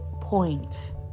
point